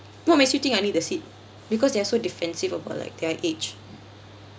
what makes you think I need the seat because they're so defencive about like their age